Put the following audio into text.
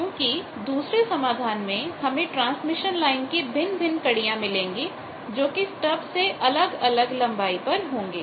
क्योंकि दूसरे समाधान में हमें ट्रांसमिशन लाइन की भिन्न भिन्न कड़ियां मिलेंगी जोकि स्टबसे अलग अलग लंबाई पर होंगी